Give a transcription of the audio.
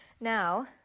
Now